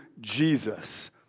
Jesus